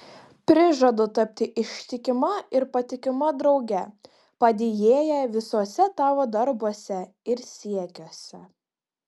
prižadu tapti ištikima ir patikima drauge padėjėja visuose tavo darbuose ir siekiuose